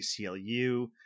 ACLU